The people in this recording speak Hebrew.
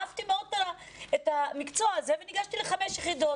אהבתי מאוד את המקצוע הזה וניגשתי לחמש יחידות,